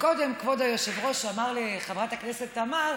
קודם אמר היושב-ראש לחברת הכנסת תמר: